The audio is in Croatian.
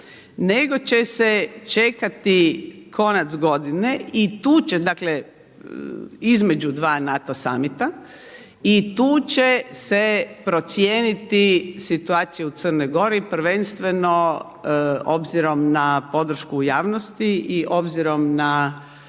nego će se čekati konac godine i tu će dakle, između dva NATO summita i tu će se procijeniti situacija u Crnoj Gori prvenstveno obzirom na podršku u javnosti i obzirom na